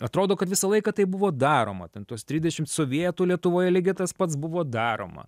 atrodo kad visą laiką tai buvo daroma ten tuos tridešim sovietų lietuvoje lygiai tas pats buvo daroma